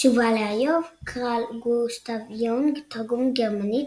תשובה לאיוב/ קרל גוסטב יונג; תרגום מגרמנית